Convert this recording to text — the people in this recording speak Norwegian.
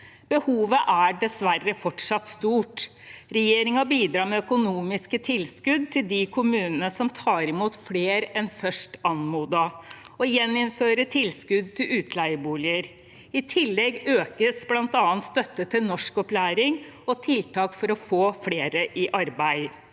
Behovet er dessverre fortsatt stort. Regjeringen bidrar med økonomisk tilskudd til de kommunene som tar imot flere enn først anmodet, og gjeninnfører tilskudd til utleieboliger. I tillegg økes bl.a. støtten til norskopplæring og tiltak for å få flere i arbeid.